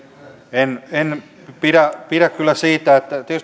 en en pidä pidä kyllä siitä että